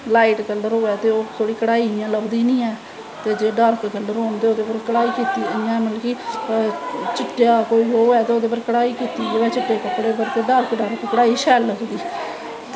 light colour होऐ ते ओह् कढ़ाई थोह्ड़ी इयां लब्भदी नी ऐ ते जे डार्क कल्लर होऐ ते कढ़ाई कीती दी इयां चिट्टा कोई होऐ ते चिट्टे कपड़े पर कढ़ाई कीती दी होऐ ते डार्क डार्क कढ़ाई शैल लगदी